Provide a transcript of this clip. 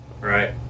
Right